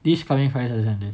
this coming friday saturday sunday